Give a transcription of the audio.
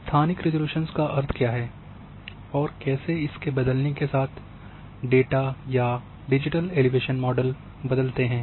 स्थानिक रिज़ॉल्यूशन का अर्थ क्या है और कैसे इसके बदलने के साथ डेटा या डिजिटल एलिवेशन मॉडल बदलते हैं